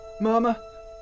Mama